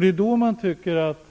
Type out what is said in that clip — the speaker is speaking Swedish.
Det är då man tycker att